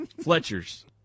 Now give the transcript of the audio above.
Fletcher's